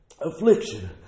Affliction